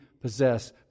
possess